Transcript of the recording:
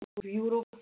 beautiful